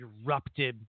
erupted